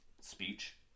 speech